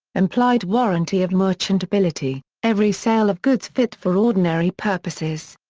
implied warranty of merchantability every sale of goods fit for ordinary purposes.